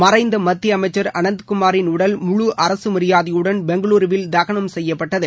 மறைந்த மத்திய அமைச்சர் அனந்த் குமாரின் உடல் முழு அரசு மரியாதையுடன் பெங்களுருவில் தகனம் செய்யப்பட்டது